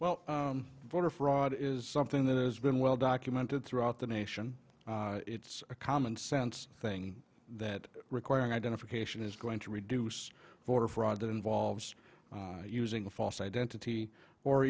well voter fraud is something that has been well documented throughout the nation it's a common sense thing that requiring identification is going to reduce voter fraud that involves using a false identity or